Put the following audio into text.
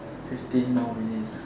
fifteen more minutes